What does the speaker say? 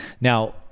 Now